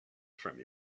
from